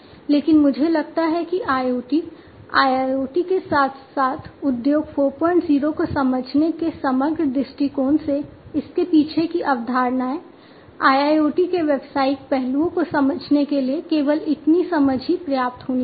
लेकिन मुझे लगता है कि IoT IIoT के साथ साथ उद्योग 40 को समझने के समग्र दृष्टिकोण से इसके पीछे की अवधारणाएं IIoT के व्यावसायिक पहलुओं को समझने के लिए केवल इतनी समझ ही पर्याप्त होनी चाहिए